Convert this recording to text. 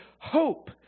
hope